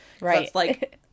Right